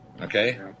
Okay